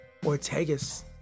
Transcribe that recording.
Ortegas